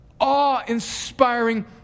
Awe-inspiring